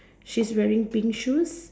she's wearing pink shoes